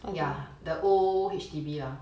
ya the old H_D_B lah